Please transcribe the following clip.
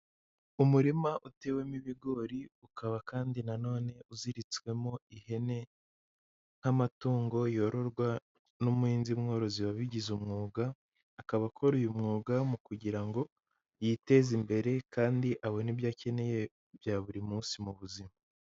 Umurima utewemo ibigori ukaba kandi na none uziritswemo ihene nk'amatungo yororwa n'umuhinzimworozi wabigize umwuga, akaba akora uyu mwuga mu kugira ngo yiteze imbere kandi abone ibyo akeneye bya buri munsi muzima.